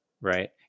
right